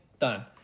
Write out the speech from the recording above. done